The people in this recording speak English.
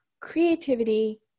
creativity